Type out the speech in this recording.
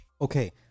Okay